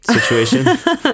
situation